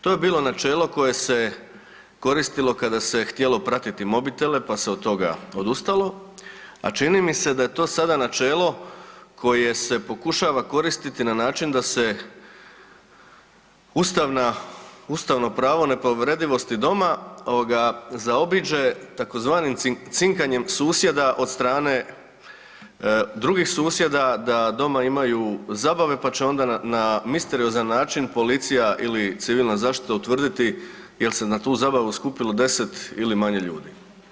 To je bilo načelo koje se koristilo kada se htjelo pratiti mobitele pa se od toga odustalo, a čini mi se da je to sada načelo koje se pokušava koristiti na način da se ustavna, ustavno pravo nepovredivosti doma ovoga, zaobiđe tzv. cinkanjem susjeda od strane drugih susjeda da doma imaju zabave, pa će onda na misteriozan način policija ili civilna zaštita utvrditi je li se na tu zabavu skupilo 10 ili manje ljudi.